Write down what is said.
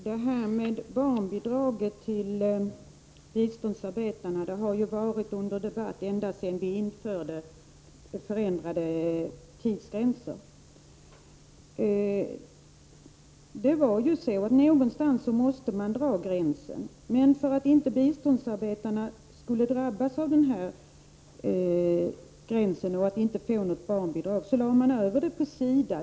Fru talman! Barnbidraget till biståndsarbetare har varit under debatt ända sedan vi införde förändrade tidsgränser. Någonstans måste man dra gränsen, men för att biståndsarbetarna inte skulle drabbas ekonomiskt och inte få barnbidrag lade man frågan över på SIDA.